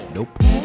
Nope